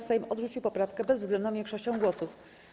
Sejm odrzucił poprawkę bezwzględną większością głosów.